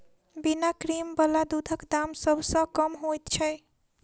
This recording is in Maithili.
बिना क्रीम बला दूधक दाम सभ सॅ कम होइत छै